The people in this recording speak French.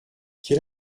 quel